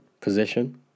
position